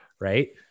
Right